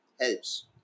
helps